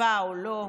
כיפה או לא,